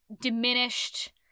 diminished